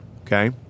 Okay